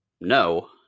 no